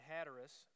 Hatteras